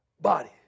body